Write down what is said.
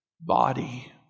body